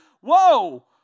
whoa